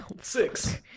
Six